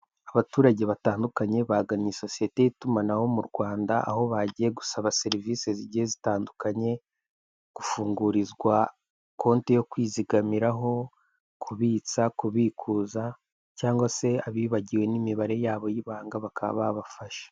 Abaturage batandukanye bagannye sosiyete y'itumanaho mu Rwanda aho bagiye gusaba serivise zigiye zitandukanye gufungurizwa konte yo kwizigamiraho, kubitsa, kubikuza cyangwa se abibagiwe n'imibare yabo y'ibanga bakaba babafasha.